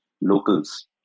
locals